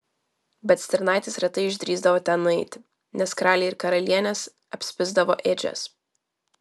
bet stirnaitės retai išdrįsdavo ten nueiti nes karaliai ir karalienės apspisdavo ėdžias